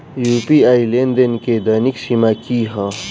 UPI लेनदेन केँ दैनिक सीमा की है?